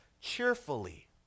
cheerfully